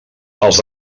els